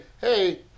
hey